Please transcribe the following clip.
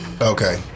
Okay